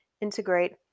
integrate